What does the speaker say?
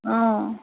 অঁ